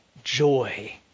joy